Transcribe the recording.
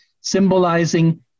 symbolizing